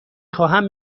خواهم